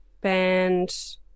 band